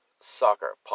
Soccer